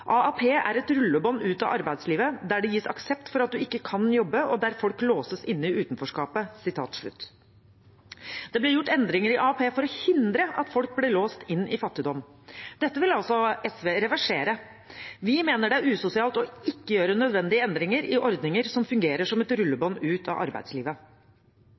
er et rullebånd ut av arbeidslivet, der det gis aksept for at du ikke kan jobbe og der folk låses inne i utenforskapet.» Det ble gjort endringer i AAP for å hindre at folk ble låst inne i fattigdom. Dette vil altså SV reversere. Vi mener det er usosialt ikke å gjøre nødvendige endringer i ordninger som fungerer som et rullebånd ut av arbeidslivet.